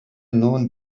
nun